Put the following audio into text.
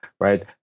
right